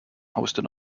hosted